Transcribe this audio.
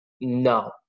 No